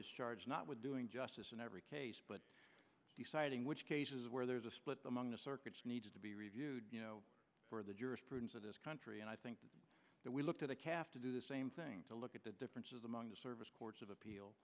is charged not with doing justice in every case but deciding which cases where there is a split among the circuits need to be reviewed for the jurisprudence of this country and i think that we look to the calf to do the same thing to look at the differences among the service courts of appeal